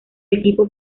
equipo